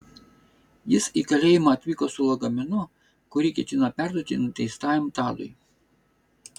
jis į kalėjimą atvyko su lagaminu kuri ketino perduoti nuteistajam tadui